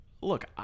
look